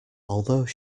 although